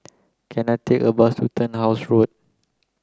can I take a bus to Turnhouse Road